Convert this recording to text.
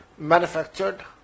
manufactured